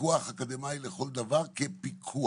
פיקוח אקדמאי לכל דבר כפיקוח.